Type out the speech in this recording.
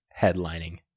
headlining